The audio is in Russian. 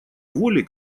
воли